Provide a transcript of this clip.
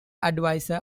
adviser